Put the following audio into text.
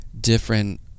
different